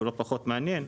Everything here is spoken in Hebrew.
הוא לא פחות מעניין.